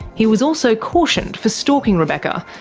he was also cautioned for stalking rebecca,